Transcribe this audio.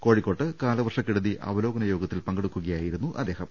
കോഴി ക്കോട്ട് കാലവർഷക്കെടുതി അവലോകന യോഗത്തിൽ പങ്കെടുക്കുകയായിരുന്നു അദ്ദേഹം